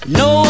no